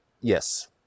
yes